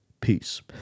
Peace